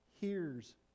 hears